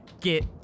get